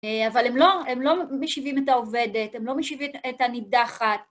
אבל הם לא, הם לא משיבים את העובדת, הם לא משיבים את הנידחת.